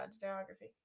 geography